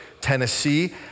Tennessee